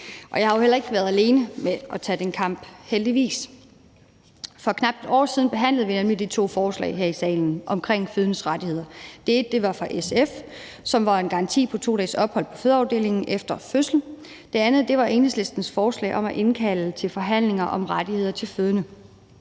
Jeg har jo heller ikke været alene om at tage den kamp, heldigvis. For knap et år siden behandlede vi nemlig to forslag her i salen omkring fødendes rettigheder. Det ene var fra SF og handlede om en garanti på 2 dages ophold på fødeafdelingen efter fødsel. Det andet var Enhedslistens forslag om at indkalde til forhandlinger om rettigheder til fødende.